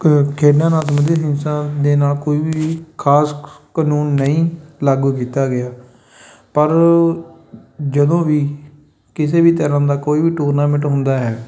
ਕ ਖੇਡਾਂ ਨਾਲ ਸਬੰਧਿਤ ਹਿੰਸਾ ਦੇ ਨਾਲ ਕੋਈ ਵੀ ਖਾਸ ਕਾਨੂੰਨ ਨਹੀਂ ਲਾਗੂ ਕੀਤਾ ਗਿਆ ਪਰ ਜਦੋਂ ਵੀ ਕਿਸੇ ਵੀ ਤਰ੍ਹਾਂ ਦਾ ਕੋਈ ਵੀ ਟੂਰਨਾਮੈਂਟ ਹੁੰਦਾ ਹੈ